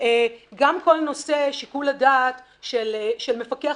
גם כל נושא שיקול הדעת של מפקח,